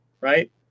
Right